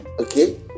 Okay